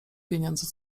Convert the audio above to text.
pieniądze